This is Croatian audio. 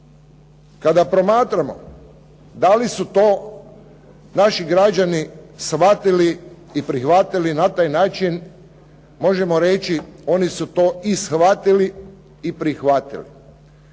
kada promatramo da li su to naši građani shvatili i prihvatili na taj način možemo reći oni su to i shvatili i prihvatili.